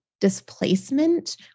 displacement